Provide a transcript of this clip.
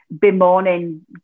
bemoaning